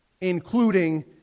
Including